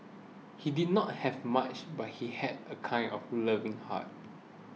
he did not have much but he had a kind of loving heart